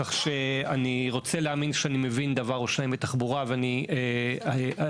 כך שאני רוצה להאמין דבר או שניים בתחבורה ואני מתחיל